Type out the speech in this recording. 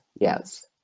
Yes